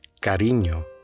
cariño